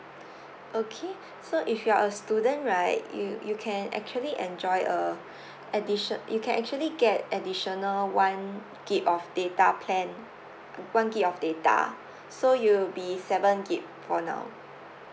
okay so if you are a student right you you can actually enjoy a additio~ you can actually get additional one gig of data plan one gig of data so you'll be seven gig for now